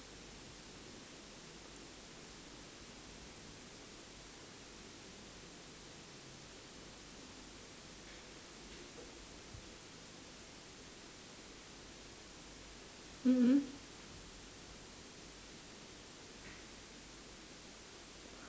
mm mm